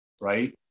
right